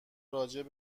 راجع